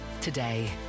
today